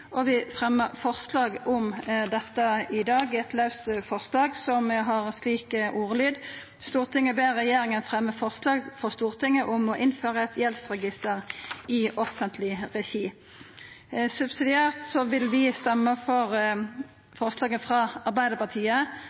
og vi fremmer forslag om dette i dag, som har slik ordlyd: «Stortinget ber regjeringen fremme forslag for Stortinget om å innføre et gjeldsregister i offentlig regi.» Subsidiært vil vi stemma for forslaget